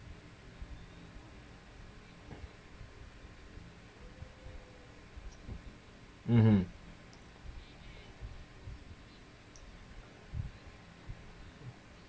mmhmm